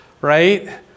right